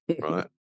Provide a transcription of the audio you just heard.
right